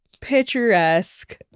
picturesque